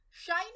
Shiny